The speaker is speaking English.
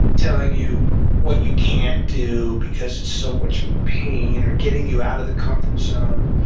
telling you what you can't do, because it's so much pain, or getting you out of the comfort zone,